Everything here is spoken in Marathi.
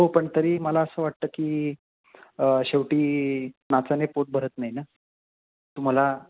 हो पण तरी मला असं वाटतं की शेवटी नाचाने पोट भरत नाही ना तुम्हाला